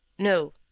no.